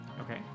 Okay